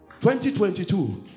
2022